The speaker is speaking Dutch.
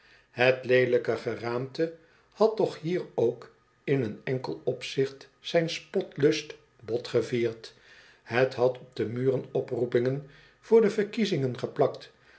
het leelijke geraamte had toch hier ook in een enkel opzicht zijn spotlust bot gevierd het had op de muren oproepingen voor de verkiezingen geplakt